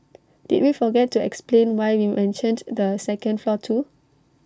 did we forget to explain why we mentioned the second floor too